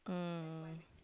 mm